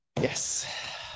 Yes